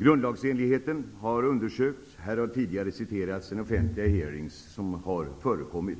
Grundlagsenligheten har undersökts. Här har tidigare nämnts de offentliga hearingar som har förekommit.